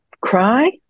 cry